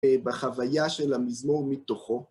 בחוויה של המזמור מתוכו.